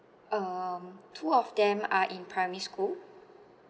um two of them are in primary school